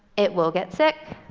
it will get sick,